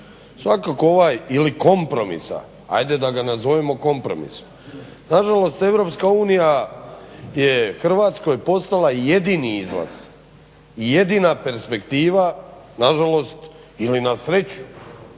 općem smislu ili kompromisa adje da ga nazovemo kompromisom. Nažalost EU je Hrvatskoj postala jedini izlaz i jedina perspektiva nažalost ili na sreću